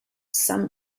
some